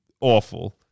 awful